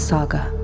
Saga